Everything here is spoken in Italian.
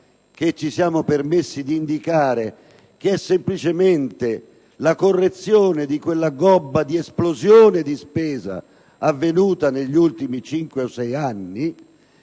che ci siamo permessi di indicare, che è semplicemente la correzione di quella gobba di esplosione di spesa avvenuta negli ultimi cinque o sei anni.